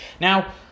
Now